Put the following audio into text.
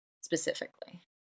specifically